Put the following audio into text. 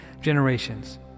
generations